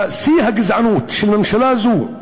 בשיא הגזענות של ממשלה זו,